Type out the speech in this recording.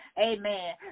Amen